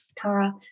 Tara